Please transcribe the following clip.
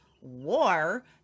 War